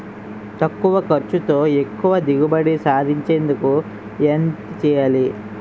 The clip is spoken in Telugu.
తక్కువ ఖర్చుతో ఎక్కువ దిగుబడి సాధించేందుకు ఏంటి చేయాలి?